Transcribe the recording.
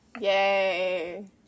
yay